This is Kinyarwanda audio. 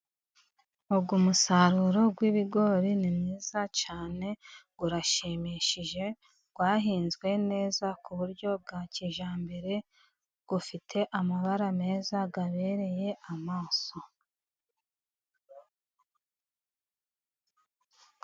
Uyu musaruro w'ibigori ni mwiza cyane, urashimishije, wahinzwe neza ku buryo bwa kijyambere, ufite amabara meza abereye amaso.